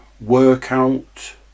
workout